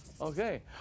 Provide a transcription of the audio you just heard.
okay